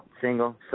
single